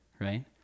right